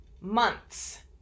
months